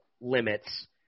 limits